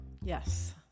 Yes